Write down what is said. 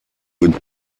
would